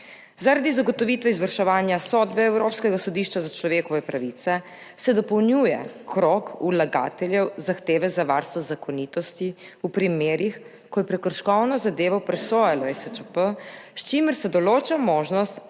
Zaradi zagotovitve izvrševanja sodbe Evropskega sodišča za človekove pravice se dopolnjuje krog vlagateljev zahteve za varstvo zakonitosti v primerih, ko je prekrškovno zadevo presojalo ESČP, s čimer se določa možnost,